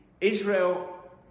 Israel